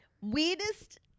weirdest